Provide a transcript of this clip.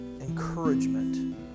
encouragement